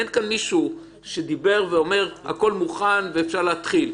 אין כאן מישהו שאמר: הכל מוכן, אפשר להתחיל.